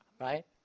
right